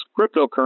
cryptocurrency